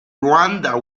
rwanda